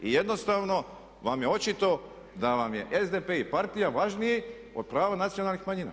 I jednostavno vam je očito da vam je SDP i partija važniji od prava nacionalnih manjina.